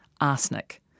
Arsenic